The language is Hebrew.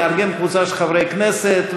נארגן קבוצה של חברי כנסת,